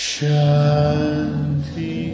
Shanti